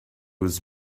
was